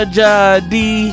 jadi